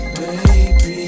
baby